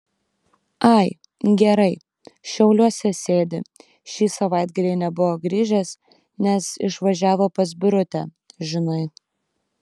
ai gerai šiauliuose sėdi šį savaitgalį nebuvo grįžęs nes išvažiavo pas birutę žinai